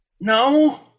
No